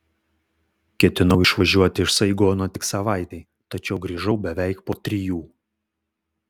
ketinau išvažiuoti iš saigono tik savaitei tačiau grįžau beveik po trijų